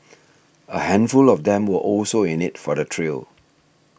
a handful of them were also in it for the thrill